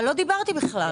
אבל לא דיברתי בכלל.